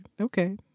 Okay